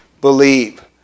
believe